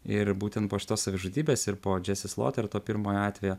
ir būtent po šitos savižudybės ir po džesis loter to pirmojo atvejo